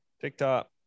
TikTok